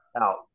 out